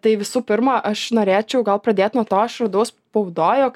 tai visų pirma aš norėčiau gal pradėt nuo to aš radau spaudoj jog